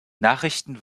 nachrichten